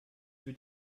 für